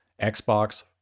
Xbox